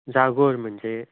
जागोर म्हणजे